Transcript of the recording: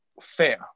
fair